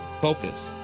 Focus